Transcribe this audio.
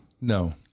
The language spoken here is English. No